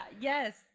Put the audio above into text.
Yes